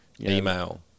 email